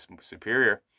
superior